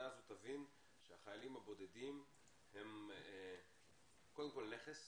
הזאת תבין שהחיילים הבודדים הם קודם כל נכס,